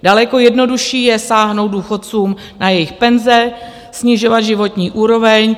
Daleko jednodušší je sáhnout důchodcům na jejich penze, snižovat životní úroveň.